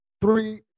three